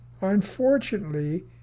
Unfortunately